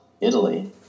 Italy